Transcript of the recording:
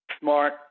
smart